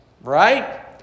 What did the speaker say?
right